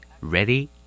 ready